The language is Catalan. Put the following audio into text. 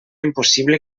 impossible